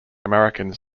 americans